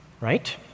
right